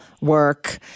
work